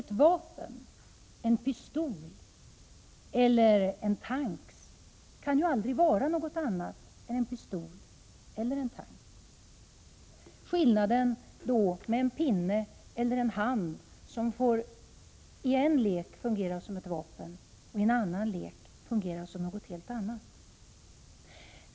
Ett vapen, en pistol eller en stridsvagn, kan ju aldrig vara något annat än en pistol eller en stridsvagn. Det är skillnad mot en pinne eller en hand som i en lek får fungera som ett vapen — i en annan som något annat.